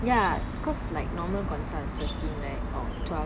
ya cause like normal consult is thirteen right or twelve